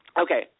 Okay